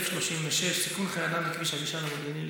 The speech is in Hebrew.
מס' 1036: סיכון חיי אדם בכביש הגישה למודיעין עילית.